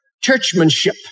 Churchmanship